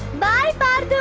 my